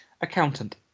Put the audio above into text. Accountant